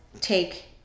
take